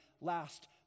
last